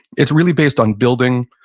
it's really based on building.